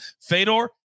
Fedor